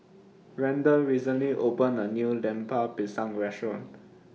Randel recently opened A New Lemper Pisang Restaurant